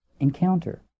Encounter